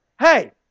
Hey